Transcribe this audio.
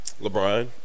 LeBron